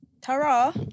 Tara